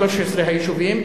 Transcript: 13 היישובים,